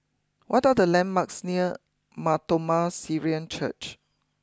what are the landmarks near Mar Thoma Syrian Church